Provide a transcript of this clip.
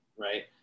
right